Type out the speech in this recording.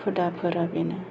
हुदाफोरा बेनो